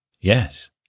Yes